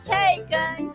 taken